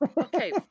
okay